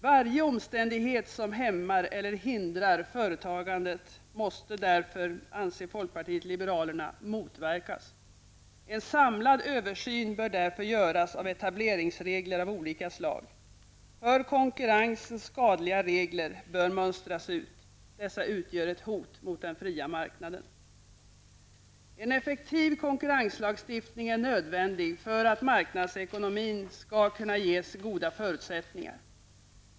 Varje omständighet som hämmar eller hindrar företagandet måste därför, anser vi i folkpartiet liberalerna, motverkas. En samlad översyn av etableringsregler av olika slag bör därför göras. För konkurrensen skadliga regler bör mönstras ut. Dessa utgör ett hot mot den fria marknaden. En effektiv konkurrenslagstiftning är nödvändig för att marknadsekonomin skall kunna ges goda förutsättningar.